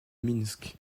minsk